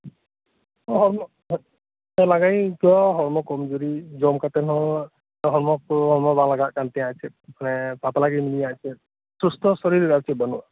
ᱞᱟᱸᱜᱟᱜᱤᱧ ᱟᱹᱭᱠᱟᱹᱣᱟ ᱦᱚᱲᱢᱚ ᱠᱚᱢᱡᱩᱨᱤ ᱡᱚᱢᱠᱟᱛᱮᱫ ᱦᱚᱸ ᱦᱚᱲᱢᱚ ᱵᱟᱝᱞᱟᱜᱟᱜ ᱠᱟᱱᱛᱤᱧᱟᱹ ᱟᱨᱪᱮᱫ ᱦᱮᱸ ᱯᱟᱛᱞᱟᱜᱤ ᱢᱤᱱᱟᱹᱧᱟ ᱟᱨᱪᱮᱫ ᱥᱩᱥᱛᱚ ᱥᱚᱨᱤᱨ ᱟᱨᱠᱤ ᱵᱟᱹᱱᱩᱜ ᱟ